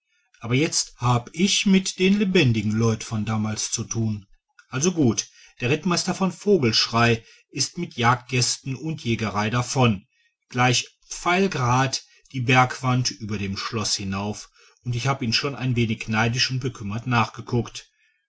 aber jetzt hab ich mit den lebendigen leuten von damals zu tun also gut der rittmeister von vogelschrey ist mit jagdgästen und jägerei davon gleich pfeilgerad die bergwand über dem schloß hinauf und ich habe ihnen schon ein wenig neidisch und bekümmert nachgeguckt